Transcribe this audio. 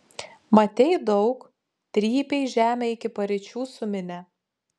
matei daug trypei žemę iki paryčių su minia